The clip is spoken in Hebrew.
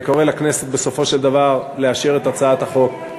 אני קורא לכנסת בסופו של דבר לאשר את הצעת החוק.